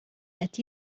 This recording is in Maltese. qed